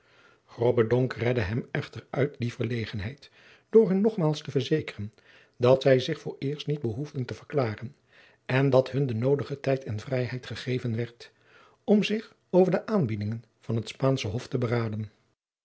redde hem echter uit die verlegenheid door hun nogmaals te verzekeren dat zij zich vooreerst niet behoefden te verklaren en dat hun de noodige tijd en vrijheid gegeven werd om zich over de aanbiedingen van het spaansche hof te beraden